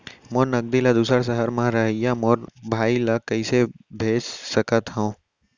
मोर नगदी ला दूसर सहर म रहइया मोर भाई ला कइसे भेज सकत हव?